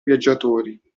viaggiatori